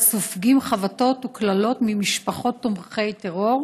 סופגים חבטות וקללות ממשפחות תומכי טרור,